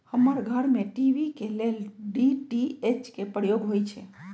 हमर घर में टी.वी के लेल डी.टी.एच के प्रयोग होइ छै